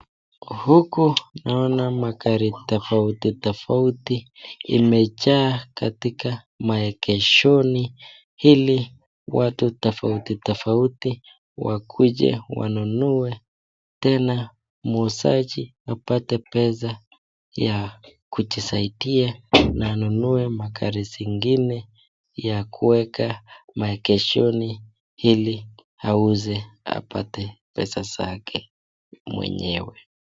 Huku naona magari tofauti tofauti imejaa katika maegeshoni ili watu tofauti tofauti wakuje wanunue tena muuzaji apate pesa ya kujisaidia na anunue magari zingine ya kuweka maegeshoni ili auze apate pesa zake mwenyewe.